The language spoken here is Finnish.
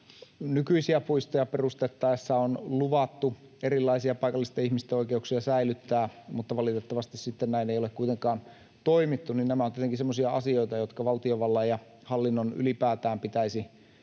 nykyisiä puistoja perustettaessa on luvattu erilaisia paikallisten ihmisten oikeuksia säilyttää, mutta valitettavasti sitten näin ei ole kuitenkaan toimittu. Nämä ovat tietenkin semmoisia asioita, jotka valtiovallan ja hallinnon ylipäätään pitäisi kyllä